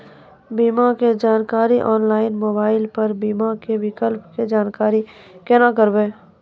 बीमा के जानकारी ऑनलाइन मोबाइल पर बीमा के विकल्प के जानकारी केना करभै?